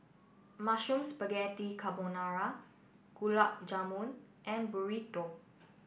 Mushroom Spaghetti Carbonara Gulab Jamun and Burrito